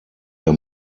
der